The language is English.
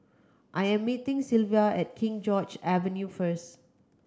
I am meeting Sylva at King George Avenue first